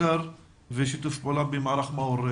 מחקר ושיתוף פעולה במערך מאו"ר,